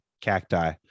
cacti